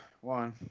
one